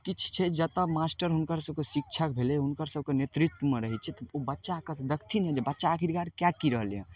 किछु छै जतऽ मास्टर हुनकर सभके शिक्षक भेलै हुनकर सभके नेतृत्वमे रहै छथिन ओ बच्चाके तऽ देखथिन ने जे बच्चा आखिरकार कै कि रहलै हँ